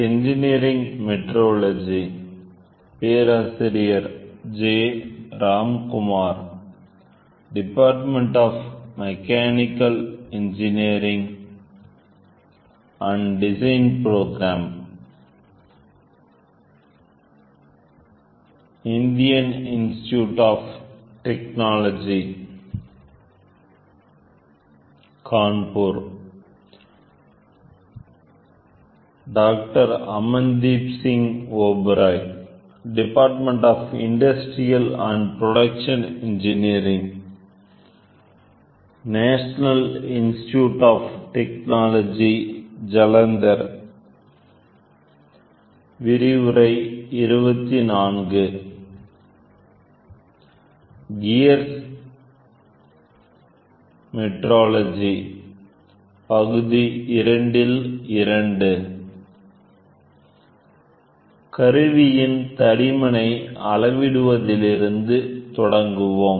gears metrology பகுதி 2இல்2 கருவியின் தடிமனை அளவிடுவதிலிருந்து தொடங்குவோம்